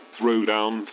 Throwdown